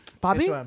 bobby